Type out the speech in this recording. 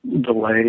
delay